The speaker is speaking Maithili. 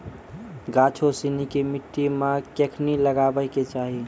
गाछो सिनी के मट्टी मे कखनी लगाबै के चाहि?